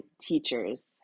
teachers